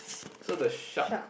so the shark